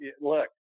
look